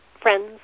friends